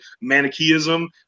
Manichaeism